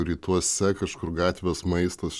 rytuose kažkur gatvės maistas